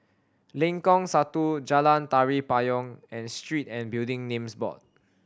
Lengkong Satu Jalan Tari Payong and Street and Building Names Board